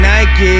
Nike